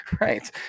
Right